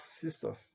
sisters